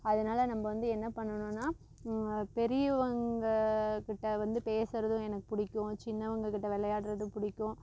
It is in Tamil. அதனால நம்ம வந்து என்ன பண்ணணுன்னால் பெரியவங்க கிட்டே வந்து பேசுறது எனக்கு பிடிக்கும் சின்னவங்க கிட்டே விளையாட்றது பிடிக்கும்